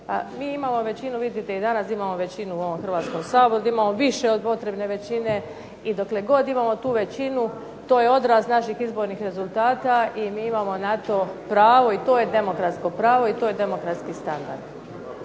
mi imamo većinu, vidite i danas imamo većinu u ovom Hrvatskom saboru, da imamo više od potrebne većine, i dokle god imamo tu većinu, to je odraz naših izbornih rezultata i mi imamo na to pravo i to je demokratsko pravo, i to je demokratski standard.